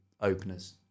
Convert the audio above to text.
openers